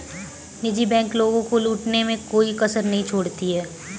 निजी बैंक लोगों को लूटने में कोई कसर नहीं छोड़ती है